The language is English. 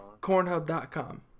Cornhub.com